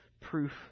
proof